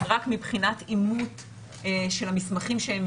רק מבחינת אימות של המסמכים שהם